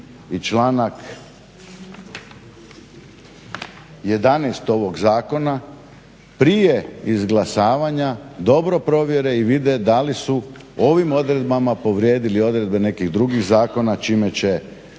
i članak 11. ovog zakona prije izglasavanja dobro provjere i vide da li su ovim odredbama povrijedili odredbe nekih drugih zakona, čime će